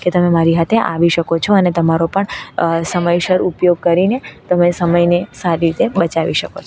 કે તમે મારી હાથે આવી શકો છો અને તમારો પણ સમયસર ઉપયોગ કરીને તમે સમયને સારી રીતે બચાવી શકો છો